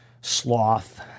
sloth